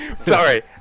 Sorry